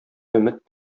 өмет